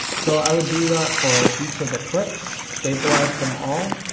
so i would do that for each of the clips, stabilize them all.